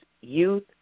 youth